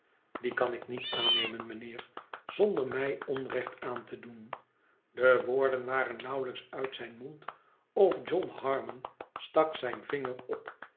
die kan ik niet aannemen mijnheer zonder mij onrecht aan te doen de woorden waren nauwelijks uit zijn mond of john harmon stak zijn vinger op